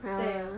对 lor